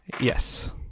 Yes